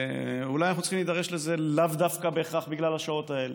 ואולי אנחנו צריכים להידרש לזה לאו דווקא בהכרח בגלל השעות האלה,